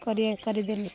କରି କରିଦେଲି